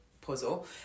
puzzle